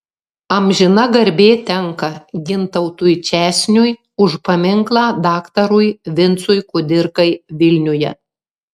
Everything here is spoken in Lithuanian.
amžina garbė tenka gintautui česniui už paminklą daktarui vincui kudirkai vilniuje